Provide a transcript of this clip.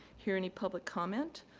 hear any public comment,